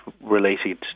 related